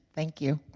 thank you.